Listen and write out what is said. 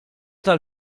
tal